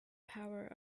power